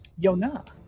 yona